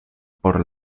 por